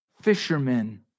Fishermen